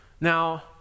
Now